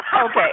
Okay